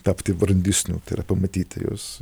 tapti brandesniu tai yra pamatyti juos